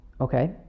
okay